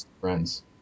friends